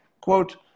quote